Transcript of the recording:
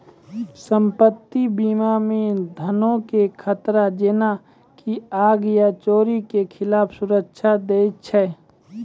सम्पति बीमा मे धनो के खतरा जेना की आग या चोरी के खिलाफ सुरक्षा दै छै